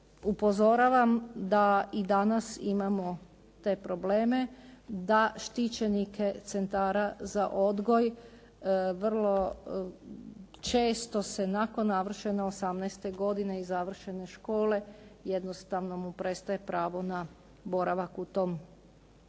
Upozoravam da i danas imamo te probleme, da štićenike Centara za odgoj vrlo često se nakon navršene 18 godine i navršene škole jednostavno mu prestaje boravak u toj